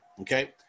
Okay